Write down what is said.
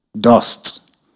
dust